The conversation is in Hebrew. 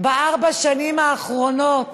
בארבע השנים האחרונות